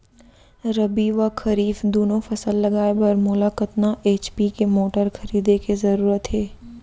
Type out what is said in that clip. रबि व खरीफ दुनो फसल लगाए बर मोला कतना एच.पी के मोटर खरीदे के जरूरत हे?